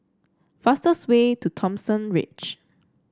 fastest way to Thomson Ridge